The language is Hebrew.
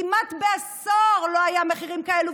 כמעט בעשור לא היו מחירים כאלה,